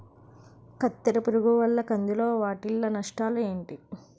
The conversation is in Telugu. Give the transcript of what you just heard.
కత్తెర పురుగు వల్ల కంది లో వాటిల్ల నష్టాలు ఏంటి